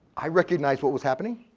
i recognized what was happening.